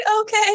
Okay